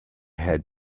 had